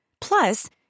Plus